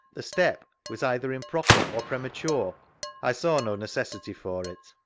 the step was either improper or fvemature? a i saw no necessity for it.